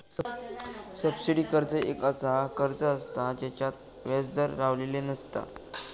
subsidy कर्ज एक असा कर्ज असता जेच्यात व्याज दर लावलेली नसता